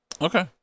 Okay